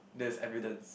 there's evidence